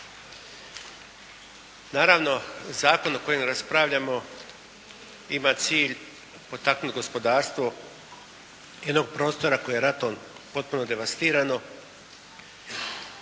Naravno zakon o kojem raspravljamo ima cilj potaknuti gospodarstvo jednog prostora koje je ratom potpuno devastirano